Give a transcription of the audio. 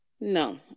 No